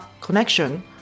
Connection